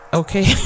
okay